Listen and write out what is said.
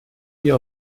wir